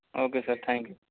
okay sir thank you